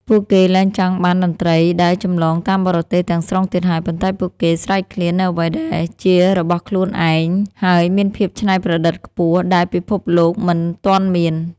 ពួកគេលែងចង់បានតន្ត្រីដែលចម្លងតាមបរទេសទាំងស្រុងទៀតហើយ ប៉ុន្តែពួកគេស្រេកឃ្លាននូវអ្វីមួយដែលជារបស់ខ្លួនឯង ហើយមានភាពច្នៃប្រឌិតខ្ពស់ដែលពិភពលោកមិនទាន់មាន។